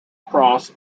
cross